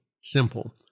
simple